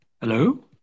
Hello